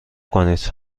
کنید